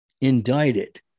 Indicted